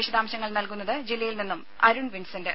വിശദാംശങ്ങൾ നൽകുന്നത് ജില്ലയിൽ നിന്നും അരുൺ വിൻസന്റ്